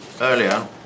earlier